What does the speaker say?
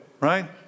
right